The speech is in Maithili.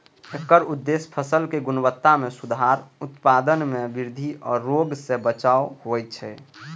एकर उद्देश्य फसलक गुणवत्ता मे सुधार, उत्पादन मे वृद्धि आ रोग सं बचाव होइ छै